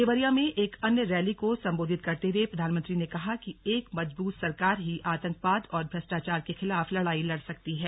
देवरिया में एक अन्य रैली को संबोधित करते हुए प्रधानमंत्री ने कहा कि एक मजूबत सरकार ही आतंकवाद और भ्रष्टाचार के खिलाफ लड़ाई लड़ सकती है